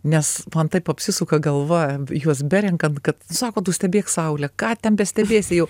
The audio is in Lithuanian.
nes man taip apsisuka galva juos berenkant kad sako tu stebėk saulę ką ten bestebėsi jau